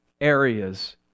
areas